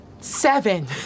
Seven